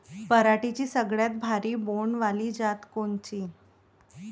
पराटीची सगळ्यात भारी बोंड वाली जात कोनची?